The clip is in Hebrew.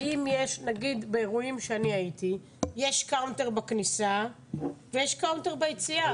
נגיד באירועים שאני הייתי יש קאונטר בכניסה ויש קאונטר ביציאה.